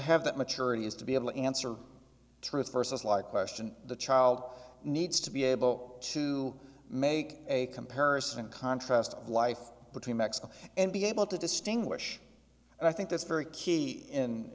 have that maturity is to be able to answer truth versus like question the child needs to be able to make a comparison and contrast of life between mexico and be able to distinguish and i think that's very key in